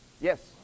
Yes